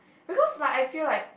because like I feel like